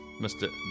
Mr